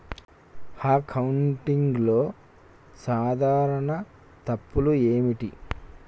అకౌంటింగ్లో సాధారణ తప్పులు ఏమిటి?